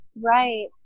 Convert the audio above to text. Right